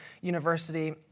University